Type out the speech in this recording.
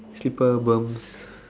slipper berms